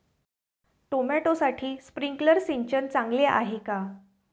टोमॅटोसाठी स्प्रिंकलर सिंचन चांगले आहे का?